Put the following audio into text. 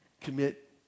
commit